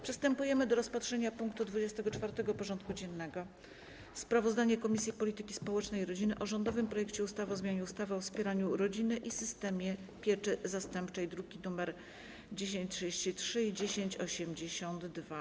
Przystępujemy do rozpatrzenia punktu 24. porządku dziennego: Sprawozdanie Komisji Polityki Społecznej i Rodziny o rządowym projekcie ustawy o zmianie ustawy o wspieraniu rodziny i systemie pieczy zastępczej (druki nr 1033 i 1082)